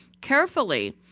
carefully